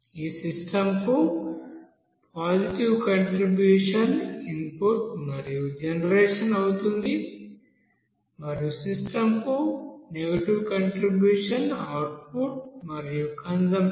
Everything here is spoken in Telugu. ఈ సిస్టం కు పాజిటివ్ కంట్రిబ్యూషన్ ఇన్పుట్ మరియు జనరేషన్ అవుతుంది మరియు సిస్టం కు నెగటివ్ కంట్రిబ్యూషన్ అవుట్పుట్ మరియు కంజంప్షన్